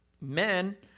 Men